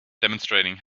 demonstrating